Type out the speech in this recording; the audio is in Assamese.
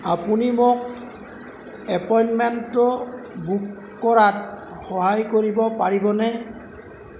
আপুনি মোক এপইণ্টমেণ্টটো বুক কৰাত সহায় কৰিব পাৰিবনে